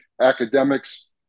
academics